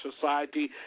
society